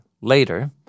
later